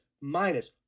minus